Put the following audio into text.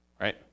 Right